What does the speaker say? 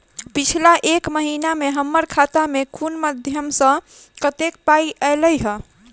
पिछला एक महीना मे हम्मर खाता मे कुन मध्यमे सऽ कत्तेक पाई ऐलई ह?